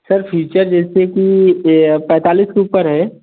sir feature जैसे कि ये पैंतालीस के ऊपर है